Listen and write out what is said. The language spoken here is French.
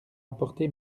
apporté